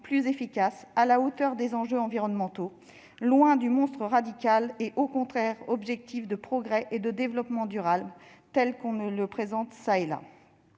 plus efficace, à la hauteur des enjeux environnementaux, loin du monstre radical et contraire aux objectifs de progrès et de développement durable que l'on nous présente ici ou là.